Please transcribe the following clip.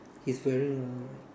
he is wearing